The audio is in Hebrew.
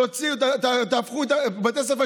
תהפכו את בתי הספר,